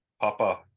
Papa